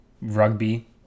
rugby